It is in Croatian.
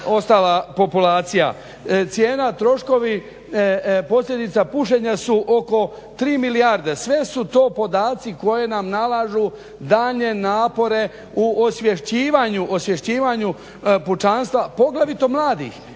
ostala populacija. Cijena, troškovi posljedica pušenja su oko 3 milijarde. Sve su to podaci koji nam nalažu daljnje napore u osvješćivanju pučanstva poglavito mladih